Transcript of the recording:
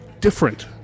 different